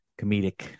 comedic